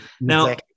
Now